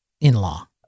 In-law